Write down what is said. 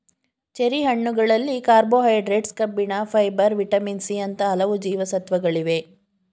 cherry ಹಣ್ಣುಗಳಲ್ಲಿ carbohydrates, ಕಬ್ಬಿಣ, fibre, vitamin C ಅಂತ ಹಲವು ಜೀವಸತ್ವಗಳಿವೆ